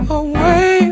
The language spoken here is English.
away